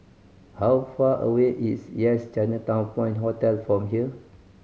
how far away is Yes Chinatown Point Hotel from here